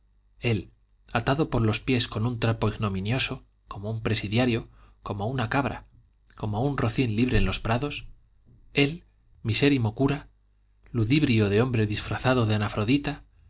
él atado por los pies con un trapo ignominioso como un presidiario como una cabra como un rocín libre en los prados él misérrimo cura ludibrio de hombre disfrazado de